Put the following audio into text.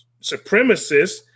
supremacists